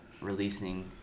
Releasing